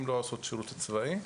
אם לא עושות שירות צבאי,